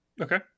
Okay